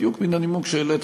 בדיוק מהנימוק שהעלית,